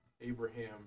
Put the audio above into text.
Abraham